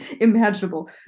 imaginable